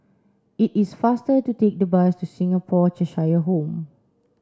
it is faster to take the bus to Singapore Cheshire Home